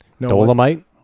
Dolomite